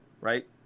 right